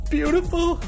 Beautiful